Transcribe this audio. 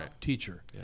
teacher